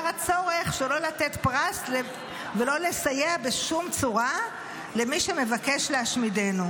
הצורך שלא לתת פרס ולא לסייע בשום צורה למי שמבקש להשמידנו.